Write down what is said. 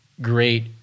great